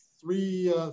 Three